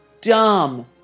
dumb